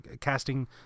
casting